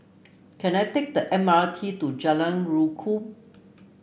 can I take the M R T to Jalan Rukam